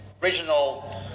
regional